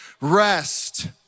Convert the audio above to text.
rest